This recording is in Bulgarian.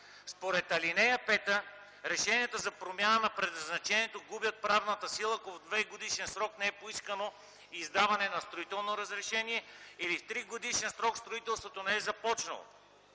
Според ал. 5 решенията за промяна на предназначението губят правната сила, ако в двегодишен срок не е поискано издаване на строително разрешение или в тригодишен срок строителството не е започнало.